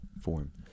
form